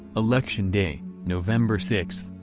election day, november sixth,